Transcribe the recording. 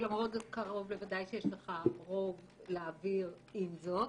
למרות זאת, קרוב לוודאי שיש לך רוב להעביר עם זאת.